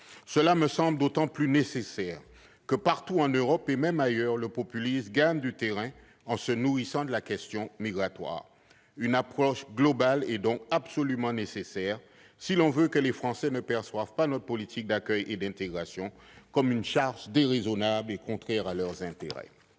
Cela me semble d'autant plus nécessaire que, partout en Europe, et même ailleurs, le populisme gagne du terrain en se nourrissant de la question migratoire. Adopter une approche globale est donc absolument nécessaire si l'on veut que les Français ne perçoivent pas notre politique d'accueil et d'intégration comme une charge déraisonnable et contraire à leurs intérêts.